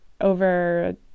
over